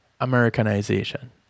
Americanization